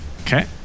Okay